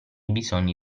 bisogni